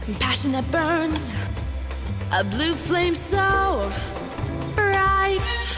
passion that burns a blue flame so bright